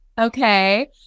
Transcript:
Okay